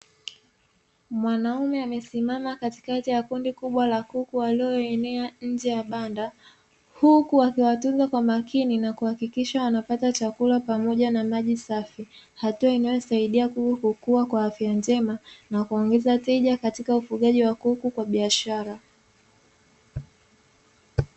Mwanaume amesimama katikati ya kundi kubwa la kuku walioenea nje ya banda. Huku akiwatunza kwa makini na kuhakikisha wanapata chakula pamoja na maji safi. Hatua inayosaidia kuku kukua kwa afya njema na kuongeza tija katika ufugaji wa kuku kwa biashara.